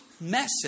message